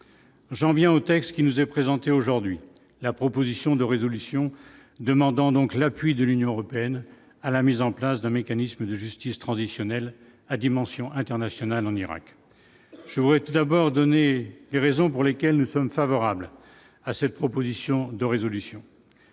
j'en viens au texte qui nous est présenté aujourd'hui la proposition de résolution demandant donc l'appui de l'Union européenne à la mise en place d'un mécanisme de justice transitionnelle à dimension internationale en Irak, je voudrais tout d'abord donné les raisons pour lesquelles nous sommes favorables à cette proposition de résolution,